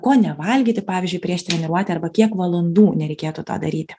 ko nevalgyti pavyzdžiui prieš treniruotę arba kiek valandų nereikėtų to daryti